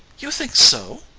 you think so?